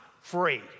free